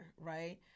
right